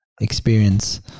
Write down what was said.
experience